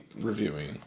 reviewing